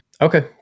Okay